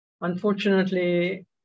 unfortunately